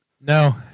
No